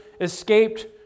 escaped